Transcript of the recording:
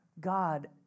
God